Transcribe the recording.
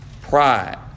pride